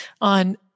on